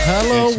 Hello